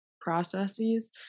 processes